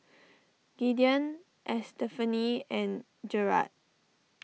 Gideon Estefany and Gerard